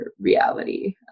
reality